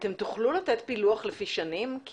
האם תוכלו לתת פילוח לפי שנים?